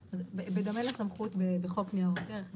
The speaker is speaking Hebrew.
בדומה לסמכות בחוק ניירות ערך,